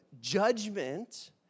judgment